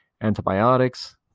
antibiotics